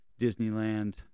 Disneyland